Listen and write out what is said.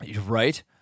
Right